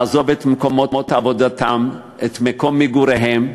לעזוב את מקומות עבודתם, את מקום מגוריהם,